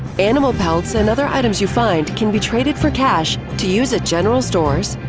animal pelts and other items you find can be traded for cash to use at general stores,